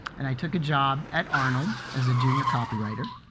and i took a job at arnold as a junior copywriter.